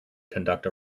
conduct